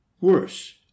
worse